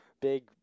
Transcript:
big